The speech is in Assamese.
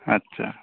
আচ্ছা